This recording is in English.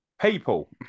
People